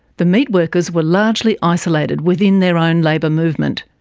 the meatworkers were largely isolated within their own labour movement,